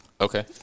Okay